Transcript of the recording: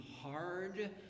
hard